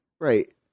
Right